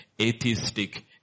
atheistic